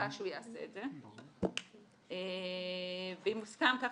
מצפה שהוא יעשה את זה, ואם מוסכם כך